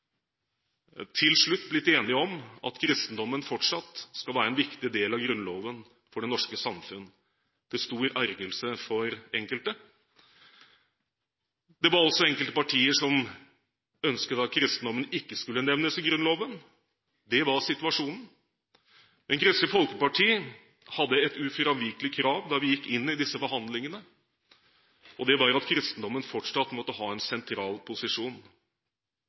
til slutt blitt enige om at kristendommen fortsatt skal være en viktig del av Grunnloven for det norske samfunnet – til stor ergrelse for enkelte. Det var også enkelte partier som ønsket at kristendommen ikke skulle nevnes i Grunnloven. Det var situasjonen. Men vi i Kristelig Folkeparti hadde et ufravikelig krav da vi gikk inn i disse forhandlingene, og det var at kristendommen fortsatt måtte ha en sentral posisjon.